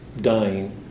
dying